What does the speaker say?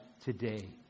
today